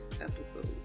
episode